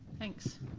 thanks.